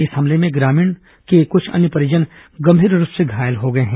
इस हमले में ग्रामीण के क्छ अन्य परिजन गंभीर रूप से घायल हो गए हैं